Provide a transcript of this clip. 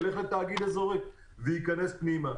אלא ילך לתאגיד אזורי וייכנס פנימה.